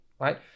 right